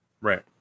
Right